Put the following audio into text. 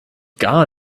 gar